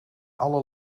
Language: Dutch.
alle